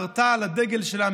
חרתה על הדגל שלה,